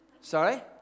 Sorry